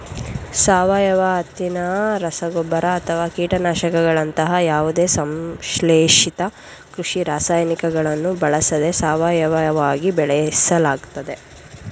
ಸಾವಯವ ಹತ್ತಿನ ರಸಗೊಬ್ಬರ ಅಥವಾ ಕೀಟನಾಶಕಗಳಂತಹ ಯಾವುದೇ ಸಂಶ್ಲೇಷಿತ ಕೃಷಿ ರಾಸಾಯನಿಕಗಳನ್ನು ಬಳಸದೆ ಸಾವಯವವಾಗಿ ಬೆಳೆಸಲಾಗ್ತದೆ